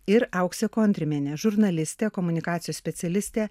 ir auksė kontrimienė žurnalistė komunikacijos specialistė